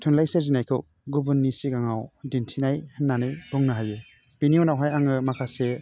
थुनलाइ सोरजिनायखौ गुबुननि सिगाङाव दिन्थिनाय होन्नानै बुंनो हायो बेनि उनावहाय आङो माखासे